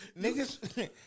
niggas